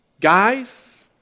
Guys